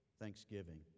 thanksgiving